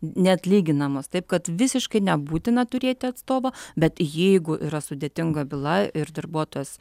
neatlyginamos taip kad visiškai nebūtina turėti atstovo bet jeigu yra sudėtinga byla ir darbuotojas